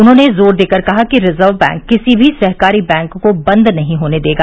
उन्होंने जोर देकर कहा कि रिजर्व बैंक किसी भी सहकारी बैंक को बंद नहीं होने देगा